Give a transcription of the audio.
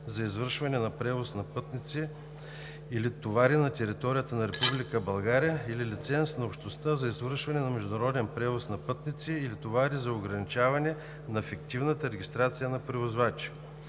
за извършване на превоз на пътници или товари на територията на Република България или лиценз на Общността за извършване на международен превоз на пътници или товари и за ограничаване на фиктивната регистрация на превозвачи.